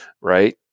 Right